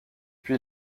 puis